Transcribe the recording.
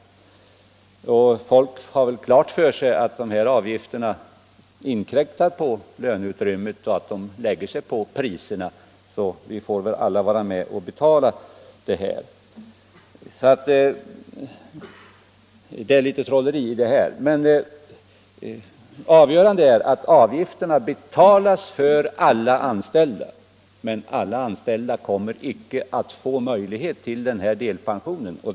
Folk har väl klart för sig att dessa avgifter intecknas på löneutrymmet och att de lägger sig på priserna så att vi alla får vara med och betala. Det är litet trolleri i det här. Avgörande är att avgifterna betalas för alla anställda, men alla anställda kommer icke att få möjlighet att utnyttja den här delpensionen.